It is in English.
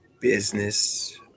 business